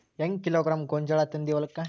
ಹೆಂಗ್ ಕಿಲೋಗ್ರಾಂ ಗೋಂಜಾಳ ತಂದಿ ಹೊಲಕ್ಕ?